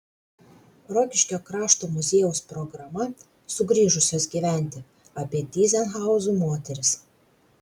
rokiškio krašto muziejaus programa sugrįžusios gyventi apie tyzenhauzų moteris